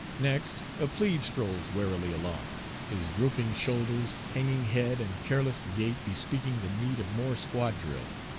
next a plebe strolls wearily along, his drooping shoulders, hanging head, and careless gait bespeaking the need of more squad drill.